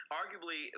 arguably